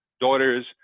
daughters